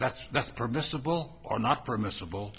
that's that's permissible or not permissible